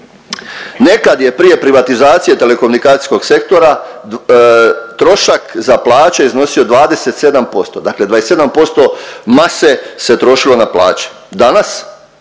nekad je prije privatizacije telekomunikacijskog sektora trošak za plaće iznosio 27%, dakle 27% mase se trošilo na plaće.